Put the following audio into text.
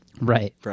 Right